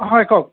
হয় কওক